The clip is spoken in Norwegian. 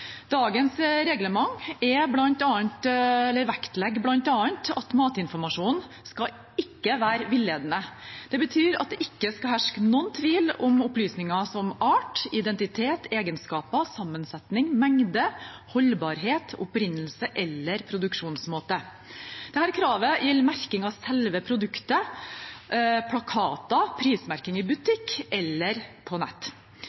Dagens reglement vektlegger bl.a. at matinformasjonen ikke skal være villedende. Det betyr at det ikke skal herske noen tvil om opplysninger som art, identitet, egenskaper, sammensetning, mengde, holdbarhet, opprinnelse eller produksjonsmåte. Dette kravet gjelder merking av selve produktet, plakater og prismerking i butikk eller på nett.